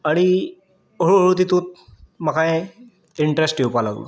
आनी हळुहळू तितूंत म्हाका हें इंटरेस्ट येवपा लागलो